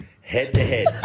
head-to-head